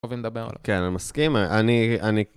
אוהבים לדבר. כן, אני מסכים. אני, אני...